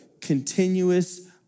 continuous